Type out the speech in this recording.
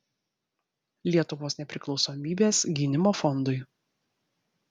lietuvos nepriklausomybės gynimo fondui